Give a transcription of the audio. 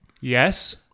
Yes